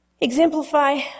exemplify